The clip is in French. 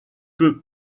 peut